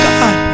God